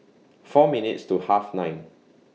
four minutes to Half nine